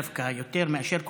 דווקא יותר מאשר כולם,